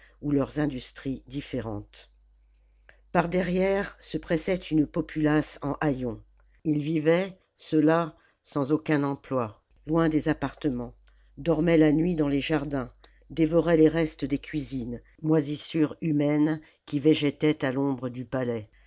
ou leurs industries différentes par derrière se pressait une populace en haillons ils vivaient ceux-là sans aucun emploi loin des appartements dormaient la nuit dans les jardins dévoraient les restes des cuisines moisissure humaine qui végétait à l'ombre du palais